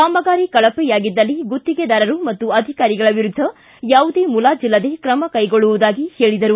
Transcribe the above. ಕಾಮಗಾರಿ ಕಳಪೆಯಾಗಿದ್ದಲ್ಲಿ ಗುತ್ತೇದಾರರು ಮತ್ತು ಅಧಿಕಾರಿಗಳ ವಿರುದ್ಧ ಯಾವುದೇ ಮುಲಾಜಿಲ್ಲದೆ ತ್ರಮ ಕೈಗೊಳ್ಳುವುದಾಗಿ ಹೇಳಿದರು